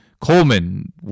Coleman